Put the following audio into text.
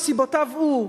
מסיבותיו הוא,